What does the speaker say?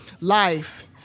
Life